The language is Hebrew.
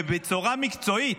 ובצורה מקצועית,